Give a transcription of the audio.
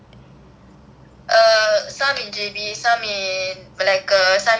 err some in J_B some in malacca some in K_L